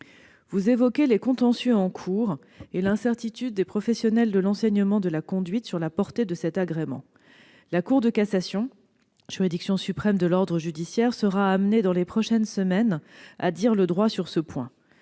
Vous évoquez les contentieux en cours et l'incertitude des professionnels de l'enseignement de la conduite sur la portée de cet agrément. La Cour de cassation, juridiction suprême de l'ordre judiciaire, sera amenée dans les prochaines semaines à dire le droit sur ce point.